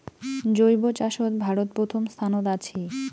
জৈব চাষত ভারত প্রথম স্থানত আছি